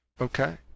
okay